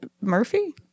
Murphy